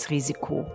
Risiko